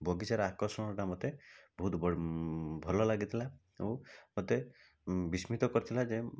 ବଗିଚାର ଆକର୍ଷଣଟା ମୋତେ ବହୁତ ଭଲ ଲାଗି ଥିଲା ଓ ମୋତେ ବିସ୍ମିତ କରିଥିଲା ଯେ